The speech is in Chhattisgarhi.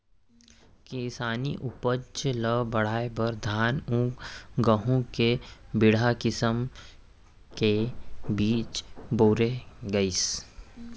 किसानी उपज ल बढ़ाए बर धान अउ गहूँ के बड़िहा किसम के बीज बउरे गइस